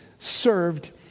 served